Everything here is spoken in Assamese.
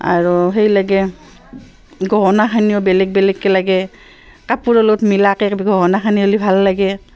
আৰু সেই লাগে গহনাখানিও বেলেগ বেলেগকৈ লাগে কাপোৰৰ লগত মিলাকৈ গহনাখানি হ'লি ভাল লাগে